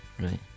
Right